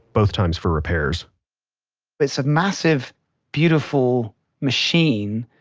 both times for repairs it's a massive beautiful machine,